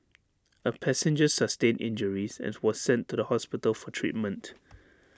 A passenger sustained injuries and was sent to the hospital for treatment